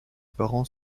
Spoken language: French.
parents